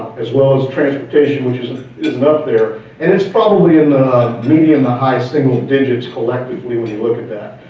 as well as transportation, which isn't isn't up there, and it's probably in the medium to high single digits collectively when you look at that.